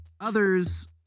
others